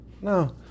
No